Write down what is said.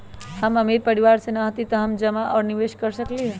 हम अमीर परिवार से न हती त का हम जमा और निवेस कर सकली ह?